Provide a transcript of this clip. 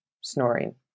snoring